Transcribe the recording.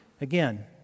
again